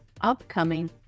upcoming